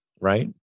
right